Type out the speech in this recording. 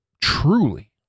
truly